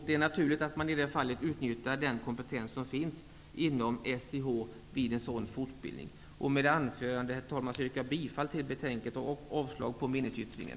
Det är naturligt att man i det fallet utnyttjar den kompetens som finns inom SIH när det gäller sådan fortbildning. Herr talman! Med det anförda yrkar jag bifall till hemställan i betänkandet och avslag på meningsyttringen.